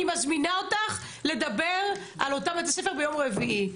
אני מזמינה אותך לדבר על אותם בתי ספר ביום רביעי.